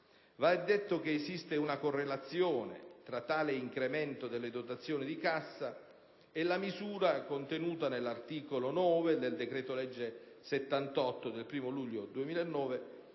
Va detto che esiste una correlazione tra tale incremento delle dotazioni di cassa e la misura contenuta all'articolo 9 del decreto-legge 1° luglio 2009,